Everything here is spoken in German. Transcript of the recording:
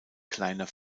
kleiner